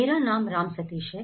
मेरा नाम राम सतीश है